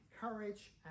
courage